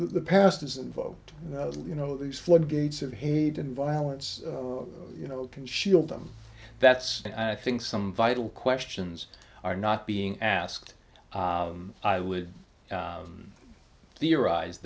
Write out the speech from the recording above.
the past is invoked you know these floodgates of hate and violence you know can shield them that's and i think some vital questions are not being asked i would theorize